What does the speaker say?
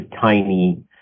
tiny